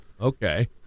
okay